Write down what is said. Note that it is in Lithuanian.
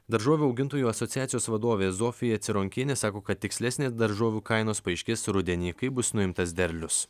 daržovių augintojų asociacijos vadovė zofija cironkienė sako kad tikslesnės daržovių kainos paaiškės rudenį kai bus nuimtas derlius